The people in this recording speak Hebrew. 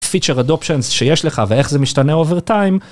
‏featured options שיש לך ואיך זה משתנה over time.